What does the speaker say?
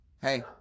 Hey